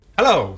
Hello